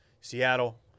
Seattle